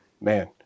man